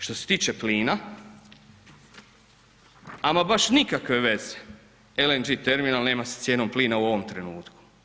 Što se tiče plina, ama baš nikakve veze LNG terminal nema sa cijenom plina u ovom trenutku.